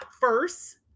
first